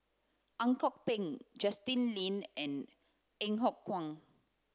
Ang Kok Peng Justin Lean and